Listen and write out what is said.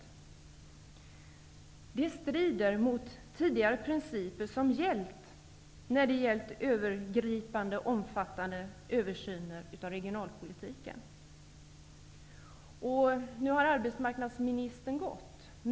Agerandet här strider mot tidigare principer när det gällt den övergripande och omfattande översynen av regionalpolitiken. Arbetsmarknadsministern har lämnat kammaren.